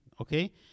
okay